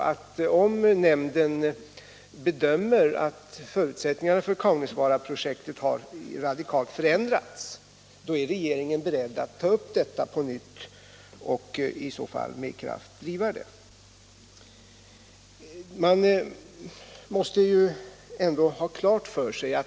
Men om nämnden bedömer att förutsättningarna för Kaunisvaaraprojektet har radikalt förändrats, så är regeringen självfallet beredd att ta upp projektet på nytt och driva det med kraft.